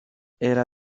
era